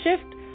shift